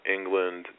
England